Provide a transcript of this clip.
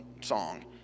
song